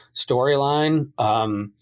storyline